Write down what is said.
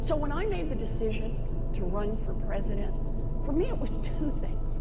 so when i made the decision to run for president for me it was two things